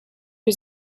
was